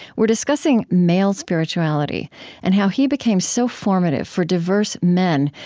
we're discussing male spirituality and how he became so formative for diverse men,